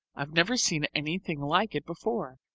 i've never seen anything like it before.